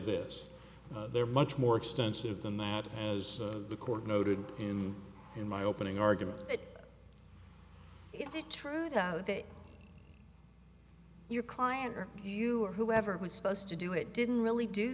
this they're much more extensive than that as the court noted in in my opening argument is it true that your client or you or whoever it was supposed to do it didn't really do